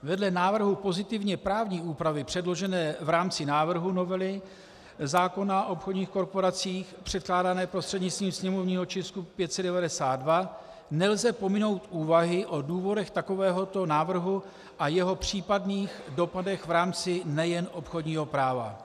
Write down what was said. Vedle návrhu pozitivněprávní úpravy předložené v rámci návrhu novely zákona o obchodních korporacích předkládané prostřednictvím sněmovního tisku 592 nelze pominout úvahy o důvodech takovéhoto návrhu a jeho případných dopadech v rámci nejen obchodního práva.